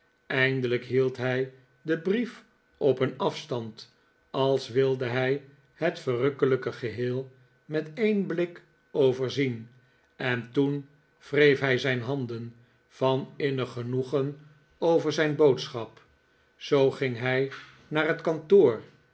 eindelijk hield hij den brief op een af stand als wilde hij het verrukkelijke geheel met een blik overzien en toen wreef hij zijn handen van innig genoegen over zijn boodschap zoo ging hij naar het kantoor